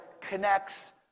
connects